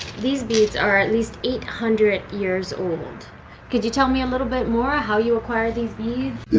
these bees are at least eight hundred years old could you tell me a little bit more? ah how you acquire these bees?